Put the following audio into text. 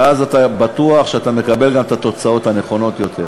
ואז אתה בטוח שאתה מקבל גם את התוצאות הנכונות-יותר.